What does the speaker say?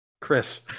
Chris